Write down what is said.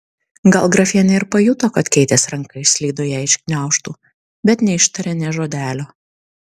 gal grafienė ir pajuto kad keitės ranka išslydo jai iš gniaužtų bet neištarė nė žodelio